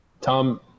Tom